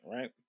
Right